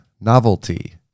Novelty